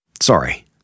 sorry